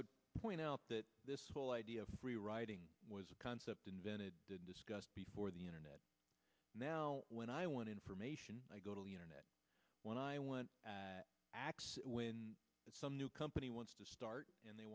would point out that this whole idea of free riding was a concept invented discussed before the internet now when i want information i go to the internet when i want x when some new company wants to start and they